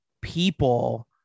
people